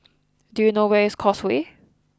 do you know where is Causeway